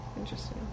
Interesting